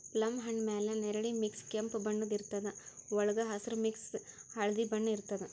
plum ಹಣ್ಣ್ ಮ್ಯಾಲ್ ನೆರಳಿ ಮಿಕ್ಸ್ ಕೆಂಪ್ ಬಣ್ಣದ್ ಇರ್ತದ್ ವಳ್ಗ್ ಹಸ್ರ್ ಮಿಕ್ಸ್ ಹಳ್ದಿ ಬಣ್ಣ ಇರ್ತದ್